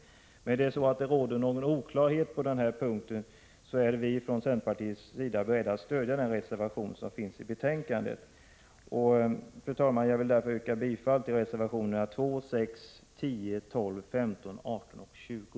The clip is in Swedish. Om det åder någon oklarhet på denna punkt, är vi därför från centerpartiets sida beredda att stödja den reservation som finns i betänkandet. Fru talman! Jag vill därför yrka bifall till reservationerna 2,6, 10, 12,15, 18 och 20.